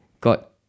got